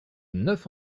neuf